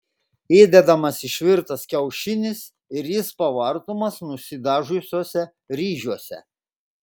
įdedamas išvirtas kiaušinis ir jis pavartomas nusidažiusiuose ryžiuose